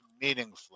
meaningfully